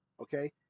okay